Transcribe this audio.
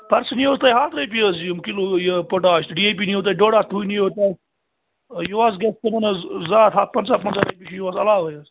پَرُس نِیو تۄہہِ ہتھ رۄپیہِ حظ یہِ کِلوٗ یہِ پۅٹاش تہٕ ڈی اے پی نِیو تۄہہِ ڈۅڈ ہتھ تہٕ ہُہ نِیو تۄہہِ یِہُس گَژھِ تِمَن حظ زٕ ہتھ ہتھ پَنٛژاہ پنٛژاہ رۄپیہِ چھِ یِہُس عَلاوے حظ